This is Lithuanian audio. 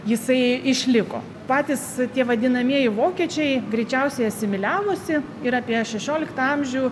jisai išliko patys tie vadinamieji vokiečiai greičiausiai asimiliavosi ir apie šešioliktą amžių